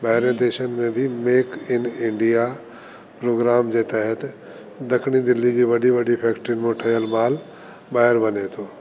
ॿाहिरि जे देशन में बि मेक इन इंडिया प्रोग्राम जे तहत ॾखिणी दिल्ली जी वॾी वॾी फैक्ट्रियूं में ठयल माल ॿाहिरि वञे तो